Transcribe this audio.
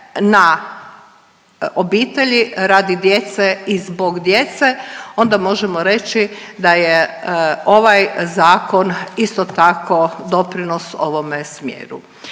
na obitelji radi djece i zbog djece onda možemo reći da je ovaj zakon isto tako doprinos ovome smjeru.